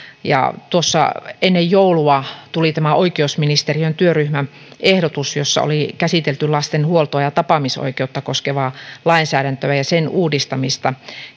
tuossa ennen joulua tuli tämä oikeusministeriön työryhmän ehdotus jossa oli käsitelty lasten huoltoa ja tapaamisoikeutta koskevaa lainsäädäntöä ja sen uudistamista